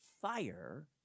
fire